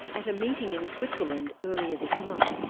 at a meeting in switzerland earlier this month,